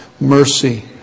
mercy